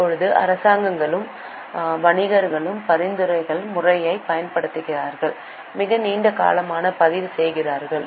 இப்போது அரசாங்கங்களும் வணிகர்களும் பரிவர்த்தனை முறையைப் பயன்படுத்துகின்றனர் மிக நீண்ட காலமாக பதிவு செய்கின்றனர்